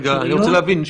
אני רוצה להבין.